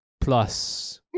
Plus